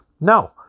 no